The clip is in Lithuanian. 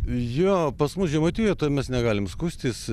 jo pas mus žemaitijoj toj mes negalim skųstis